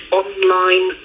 online